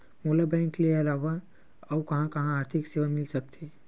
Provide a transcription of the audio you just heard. मोला बैंक के अलावा आऊ कहां कहा आर्थिक सेवा मिल सकथे?